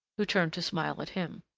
who turned to smile at him.